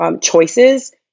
choices